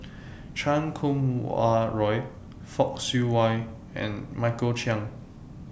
Chan Kum Wah Roy Fock Siew Wah and Michael Chiang